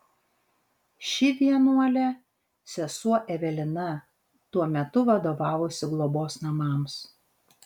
ši vienuolė sesuo evelina tuo metu vadovavusi globos namams